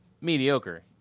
mediocre